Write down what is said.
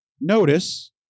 notice